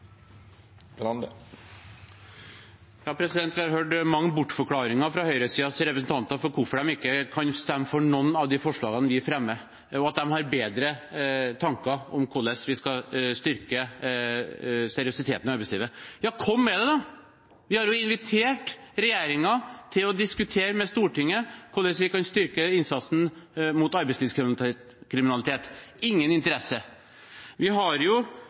har hørt mange bortforklaringer fra høyresidens representanter for hvorfor de ikke kan stemme for noen av de forslagene vi fremmer, og at de har bedre tanker om hvordan vi skal styrke seriøsiteten i arbeidslivet. Ja, kom med det, da! Vi har invitert regjeringen til å diskutere med Stortinget hvordan vi kan styrke innsatsen mot arbeidslivskriminalitet – ingen interesse. Vi har